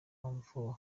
mpamvu